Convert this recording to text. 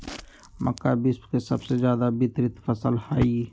मक्का विश्व के सबसे ज्यादा वितरित फसल हई